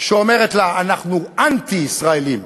אומרת לה, אנחנו אנטי-ישראלים?